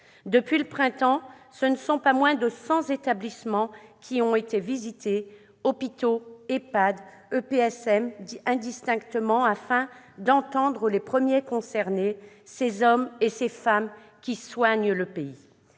Depuis le printemps, ce ne sont pas moins de cent établissements qui ont été visités, hôpitaux, EHPAD, EPSM- établissements publics de santé mentale -, afin d'entendre les premiers concernés, ces hommes et ces femmes qui soignent le pays.